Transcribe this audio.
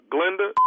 Glenda